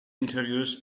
interviews